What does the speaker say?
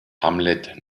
hamlet